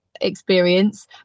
Experience